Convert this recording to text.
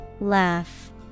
Laugh